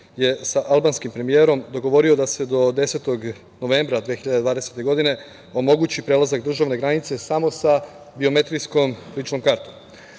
je sa albanskim premijerom dogovorio da se do 10. novembra 2020. godine omogući prelazak državne granice samo sa biometrijskom ličnom kartom.